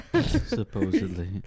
Supposedly